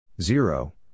zero